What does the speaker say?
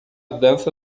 dança